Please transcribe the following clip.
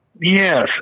Yes